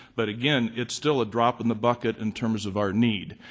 but again it's still a drop in the bucket in terms of our need.